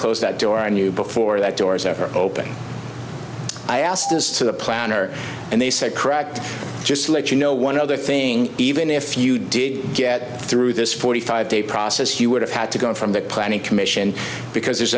that door i knew before that doors ever open i asked this to the planner and they said correct just to let you know one other thing even if you did get through this forty five day process you would have had to go from that planning commission because there's